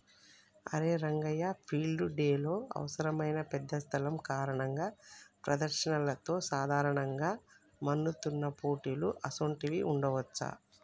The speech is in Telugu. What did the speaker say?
అరే రంగయ్య ఫీల్డ్ డెలో అవసరమైన పెద్ద స్థలం కారణంగా ప్రదర్శనలతో సాధారణంగా మన్నుతున్న పోటీలు అసోంటివి ఉండవచ్చా